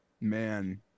Man